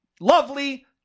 lovely